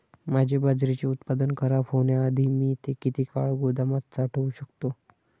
माझे बाजरीचे उत्पादन खराब होण्याआधी मी ते किती काळ गोदामात साठवू शकतो?